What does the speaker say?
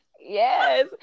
Yes